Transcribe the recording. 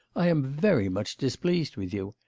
i am very much displeased with you.